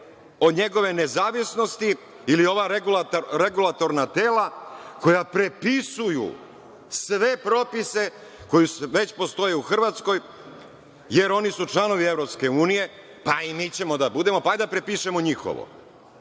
od njegove nezavisnosti, ili ova regulatorna tela koja prepisuju sve propise koji već postoje u Hrvatskoj, jer oni su članovi EU, pa i mi ćemo da budemo, pa hajde da prepišemo njihovo.